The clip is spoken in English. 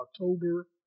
October